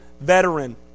veteran